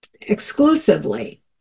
exclusively